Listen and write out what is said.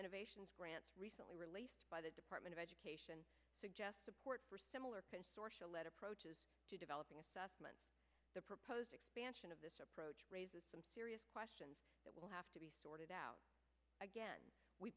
innovation grant recently released by the department of education suggest support for similar approaches to developing the proposed expansion of this approach raises some serious questions that will have to be sorted out again we